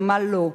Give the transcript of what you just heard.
ומה לא,